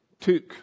took